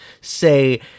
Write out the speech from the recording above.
say